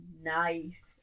Nice